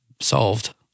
solved